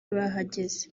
bahageze